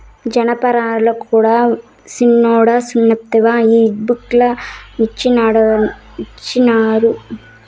జనపనారల కూడా సిన్నోడా సూస్తివా ఈ బుక్ ల ఇచ్చిండారు